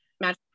match